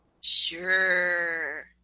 Sure